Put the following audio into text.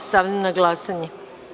Stavljam na glasanje.